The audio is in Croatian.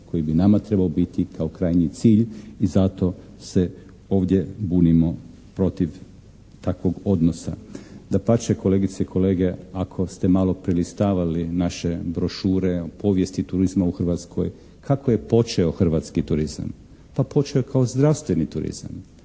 koji bi nama trebao biti kao krajnji cilj i zato se ovdje bunimo protiv takvog odnosa. Dapače, kolegice i kolege, ako ste malo prelistavali naše brošure o povijesti turizma u Hrvatskoj, kako je počeo hrvatski turizam? Pa počeo je kao zdravstveni turizma.